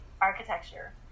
architecture